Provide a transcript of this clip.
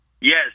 Yes